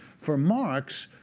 for marx,